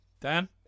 Dan